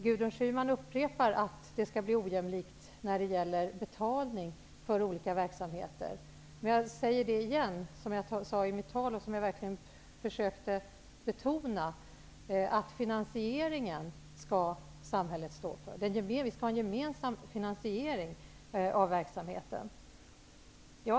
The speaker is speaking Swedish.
Gudrun Schyman upprepar att det skall bli ojämlikt när det gäller betalning för olika verksamheter. Men jag säger igen som jag sade i mitt tal och som jag verkligen försökte betona, att finansieringen skall samhället stå för. Vi skall ha en gemensam finansiering av verksamheten.